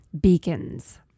Beacons